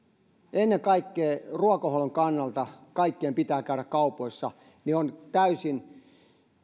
ennen kaikkea ruokahuollon kannalta kaikkien pitää käydä kaupoissa on täysin